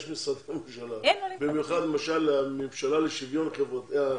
במיוחד המשרד לשוויון חברתי,